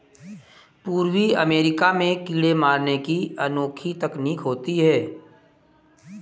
पूर्वी अमेरिका में कीड़े मारने की अनोखी तकनीक होती है